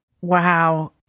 Wow